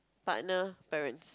partner parents